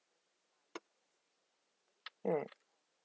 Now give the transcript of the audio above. mm